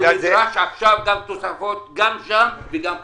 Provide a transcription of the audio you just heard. ונדרש עכשיו גם תוספות גם שם וגם פה.